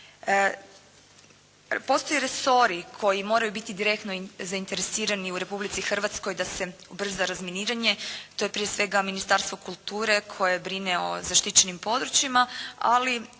Postoje resori koji moraju biti direktno zainteresirani u Republici Hrvatskoj da se ubrza razminiranje, to je prije svega Ministarstvo kulture koje brine o zaštićenim područjima ali